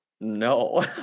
No